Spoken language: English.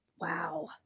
Wow